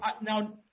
Now